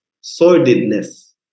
sordidness